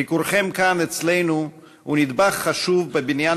ביקורכם כאן אצלנו הוא נדבך חשוב בבניין